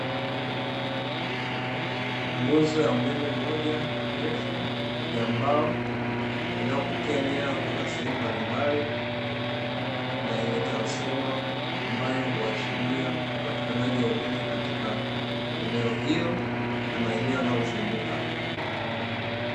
Nguzo ya umeme moja ndefu ya mbao, inayopokea nyaya kutoka sehemu mbalimbali na yenye transifoma ambayo huashiria upatikanaji wa umeme katika eneo hilo na maeneo yanayozunguka.